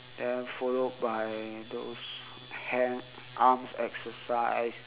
then follow by those hands arms exercise